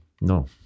no